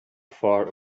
far